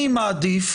אני מעדיף